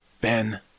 Ben